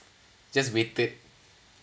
just waited